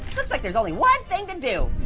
looks like there's only one thing to do.